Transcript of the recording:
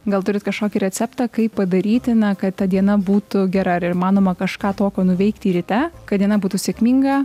gal turit kažkokį receptą kaip padaryti na kad ta diena būtų gera ar įmanoma kažką tokio nuveikti ryte kad diena būtų sėkminga